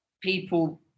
people